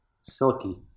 Silky